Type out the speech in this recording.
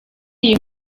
iyi